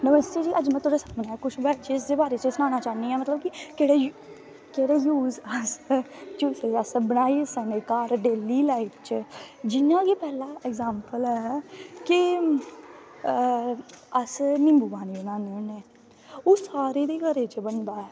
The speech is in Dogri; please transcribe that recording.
नमस्ते जी अज्ज में थोआढ़ै सामनैं कुश बैजिस दै बारै च सनाना चाह्नी आं मतलव कि केह्ड़ा यूस अस बनाई सकने घर डेल्ली लाईफ च जियां कि पैह्ला अग्जैंमप्ल ऐ के अस निम्बू पानी बनाने होने ओह् सारें दे घरें च बनदा ऐ